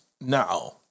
Now